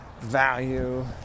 value